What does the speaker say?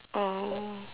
oh